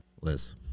Liz